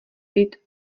být